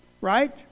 right